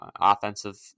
offensive